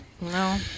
no